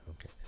Okay